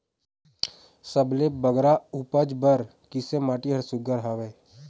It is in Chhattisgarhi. सबले बगरा उपज बर किसे माटी हर सुघ्घर हवे?